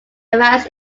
arrives